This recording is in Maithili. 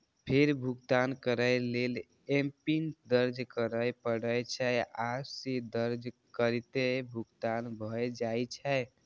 फेर भुगतान करै लेल एमपिन दर्ज करय पड़ै छै, आ से दर्ज करिते भुगतान भए जाइ छै